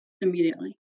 immediately